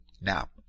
Now